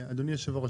שאלה, אדוני היו"ר.